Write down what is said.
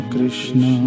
Krishna